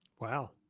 Wow